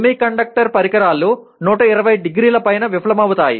semiconductor పరికరాలు 120 డిగ్రీల పైన విఫలమవుతాయి